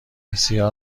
بسیار